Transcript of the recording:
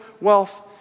wealth